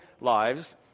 lives